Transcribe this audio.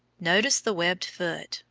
notice the webbed foot,